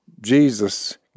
Jesus